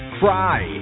cry